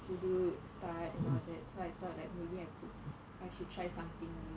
புது:puthu start and all that so I thought like maybe like I should try something new